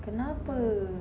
kenapa